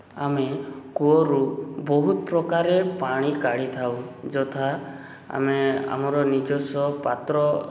ଆମେ କୂଅରୁ ବହୁତ ପ୍ରକାରରେ ପାଣି କାଢ଼ିଥାଉ ଯଥା ଆମେ ଆମର ନିଜସ୍ୱ ପାତ୍ର